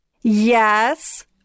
Yes